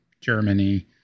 Germany